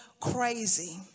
crazy